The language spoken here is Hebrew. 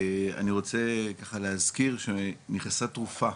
אני רוצה ככה להזכיר שנכנסה תרופה